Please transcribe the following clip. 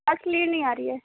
اصلی نہیں آ رہی ہے